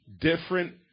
different